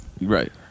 Right